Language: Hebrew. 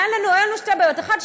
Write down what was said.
היו לנו שתי בעיות: האחת,